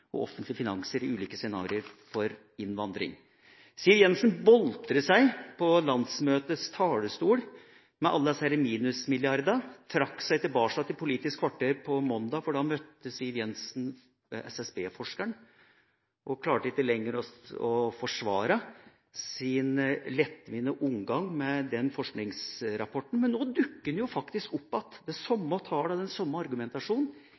og offentlige finanser i ulike scenarioer for innvandring. Siv Jensen boltret seg på landsmøtets talerstol med alle disse minusmilliardene, men trakk seg i Politisk kvarter på mandag, dagen etter landsmøtet. Da møtte Siv Jensen SSB-forskeren og klarte ikke lenger å forsvare sin lettvinte omgang med den forskningsrapporten. Men nå dukker den faktisk opp igjen, de samme tallene og den samme argumentasjonen,